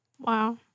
Wow